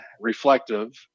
reflective